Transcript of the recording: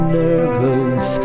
nervous